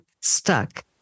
stuck